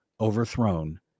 overthrown